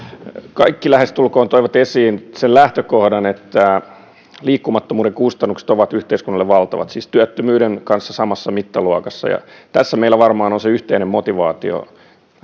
kaikki toivat esiin sen lähtökohdan että liikkumattomuuden kustannukset ovat yhteiskunnalle valtavat siis työttömyyden kanssa samassa mittaluokassa ja tämä meillä varmaan on se yhteinen motivaatio